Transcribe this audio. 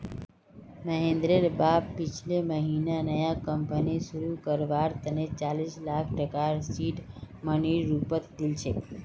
महेंद्रेर बाप पिछले महीना नया कंपनी शुरू करवार तने चालीस लाख टकार सीड मनीर रूपत दिल छेक